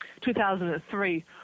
2003